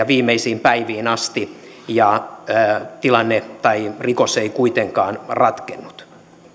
viimeisiin päiviin asti ja rikos ei kuitenkaan ratkennut